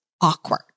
awkward